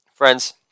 Friends